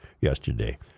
yesterday